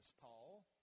Paul